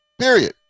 period